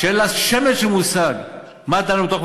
יש הרבה חוקים ואת יכולה להירשם ולעלות ולדבר.